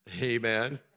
Amen